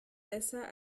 besser